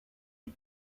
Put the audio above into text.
you